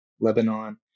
Lebanon